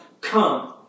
come